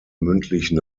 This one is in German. mündlichen